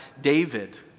David